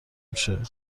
میشه